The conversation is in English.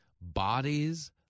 Bodies